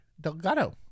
Delgado